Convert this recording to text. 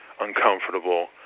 uncomfortable